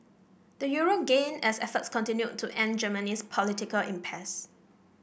the euro gained as efforts continued to end Germany's political impasse